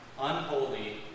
unholy